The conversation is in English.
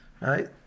right